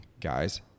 guys